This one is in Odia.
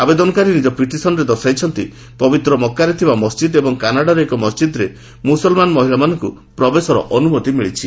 ଆବେଦନକାରୀ ନିଜ ପିଟିସନ୍ରେ ଦର୍ଶାଇଛନ୍ତି ପବିତ୍ର ମକ୍କାରେ ଥିବା ମସ୍ଜିଦ୍ ଏବଂ କାନାଡ଼ାରେ ଏକ ମସ୍ଜିଦ୍ରେ ମୁସଲମାନ ମହିଳାମାନଙ୍କୁ ପ୍ରବେଶର ଅନ୍ତମତି ମିଳିଛି